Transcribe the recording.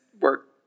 work